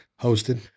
Hosted